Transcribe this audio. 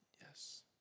Yes